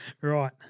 Right